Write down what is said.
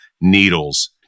needles